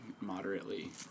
moderately